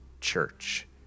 church